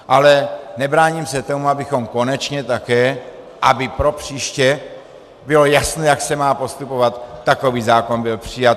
Ale nebráním se tomu, aby konečně také, aby propříště bylo jasné, jak se má postupovat, takový zákon byl přijat.